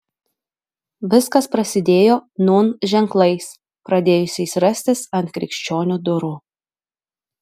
viskas prasidėjo nūn ženklais pradėjusiais rastis ant krikščionių durų